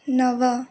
नव